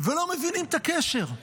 ולא מבינים את הקשר,